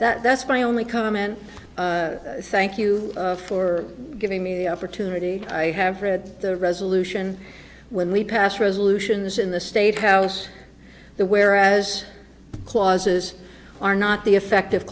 that's my only comment thank you for giving me the opportunity i have read the resolution when we pass resolutions in the state house the whereas clauses are not the effective